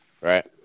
Right